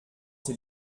ses